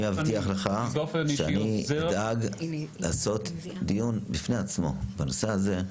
אני מבטיח לך שאני אדאג לעשות דיון בפני עצמו בנושא הזה,